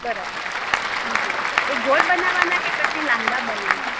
બરાબર હ હ એ ગોળ બનાવાના કે પછી લાંબા બનાવાના